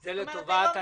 זה לטובת הנישום.